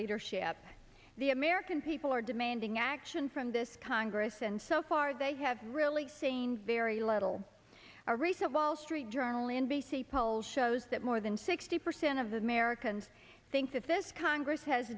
leadership the american people are demanding action from this congress and so far they have really seen very little a recent wall street journal n b c poll shows that more than sixty percent of americans think that this congress has